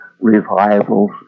revivals